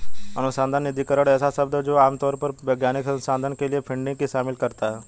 अनुसंधान निधिकरण ऐसा शब्द है जो आम तौर पर वैज्ञानिक अनुसंधान के लिए फंडिंग को शामिल करता है